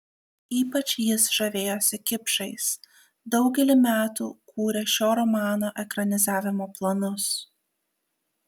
ypač jis žavėjosi kipšais daugelį metų kūrė šio romano ekranizavimo planus